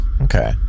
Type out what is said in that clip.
Okay